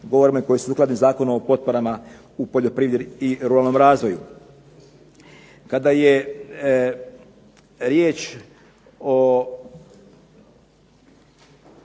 govorimo i koje su sukladne Zakonu o potporama u poljoprivredi i ruralnom razvoju. Kada je riječ o